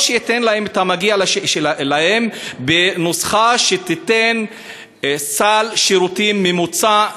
או שייתן להם את המגיע להם בנוסחה שתיתן סל שירותים ממוצע,